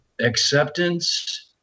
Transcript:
acceptance